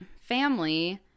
family